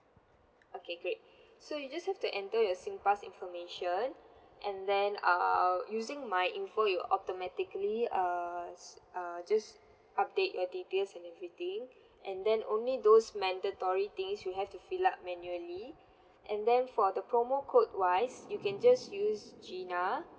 okay great so you just have to enter your singpass information and then err using myinfo you'll automatically err uh just update your details and everything and then only those mandatory things you have to fill up manually and then for the promo code wise you can just use gina